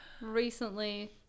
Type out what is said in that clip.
recently